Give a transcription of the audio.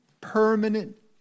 Permanent